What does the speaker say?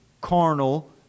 carnal